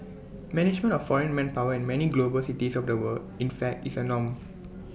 management of foreign manpower in many global cities of the world in fact is A norm